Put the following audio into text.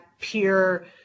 pure